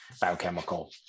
biochemical